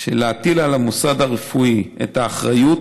שיש להטיל על המוסד הרפואי את האחריות